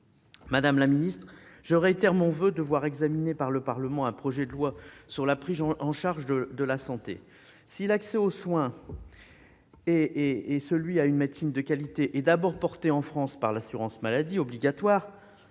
madame la ministre, je réitère mon voeu de voir soumis au Parlement un projet de loi sur la prise en charge de la santé. Si l'accès aux soins et à une médecine de qualité est d'abord assuré par l'assurance maladie obligatoire,